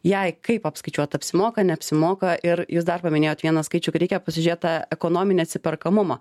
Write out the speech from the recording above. jai kaip apskaičiuot apsimoka neapsimoka ir jūs dar paminėjot vieną skaičių kad reikia pasižiūrėt tą ekonominį atsiperkamumą